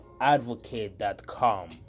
advocate.com